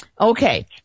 Okay